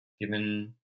given